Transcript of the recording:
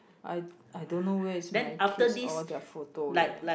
I I don't know where is my kids all their photo leh